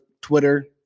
Twitter